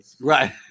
right